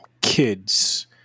kids